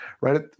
right